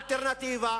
האלטרנטיבה